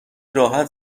راحت